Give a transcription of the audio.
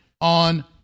on